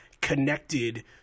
connected